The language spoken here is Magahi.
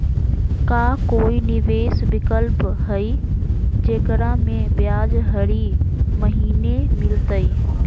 का कोई निवेस विकल्प हई, जेकरा में ब्याज हरी महीने मिलतई?